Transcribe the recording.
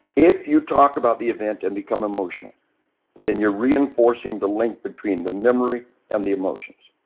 if you talk about the event and become emotional then you are reinforcing the length between the memory and the emotions.